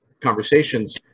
conversations